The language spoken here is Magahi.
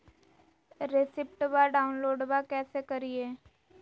रेसिप्टबा डाउनलोडबा कैसे करिए?